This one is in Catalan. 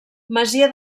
masia